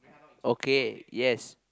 okay yes